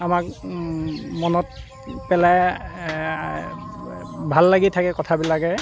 আমাক মনত পেলাই ভাল লাগি থাকে কথাবিলাকে